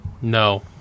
No